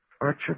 Archer